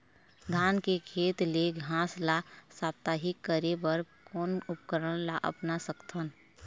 धान के खेत ले घास ला साप्ताहिक करे बर कोन उपकरण ला अपना सकथन?